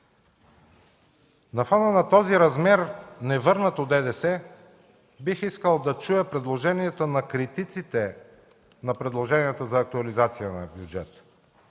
На фона на този размер невърнато ДДС бих искал да чуя предложението на критиците на предложението за актуализация на бюджета